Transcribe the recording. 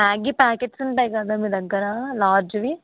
Maggi packets ఉంటాయి కదా మీ దగ్గర లార్జ్వి